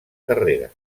carrera